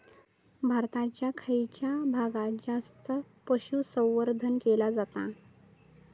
भारताच्या खयच्या भागात जास्त पशुसंवर्धन केला जाता?